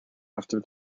after